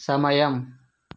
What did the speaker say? సమయం